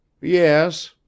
Yes